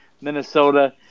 Minnesota